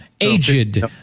aged